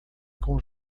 com